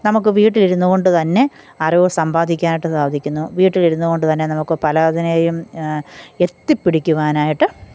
നമുക്ക് വീട്ടിൽ ഇരുന്നുകൊണ്ട് തന്നെ അറിവ് സമ്പാദിക്കാനായിട്ട് സാധിക്കുന്നു വീട്ടിൽ ഇരുന്നുകൊണ്ട് തന്നെ നമുക്ക് പലതിനേയും എത്തിപ്പിടിക്കുവാനായിട്ട്